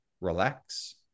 relax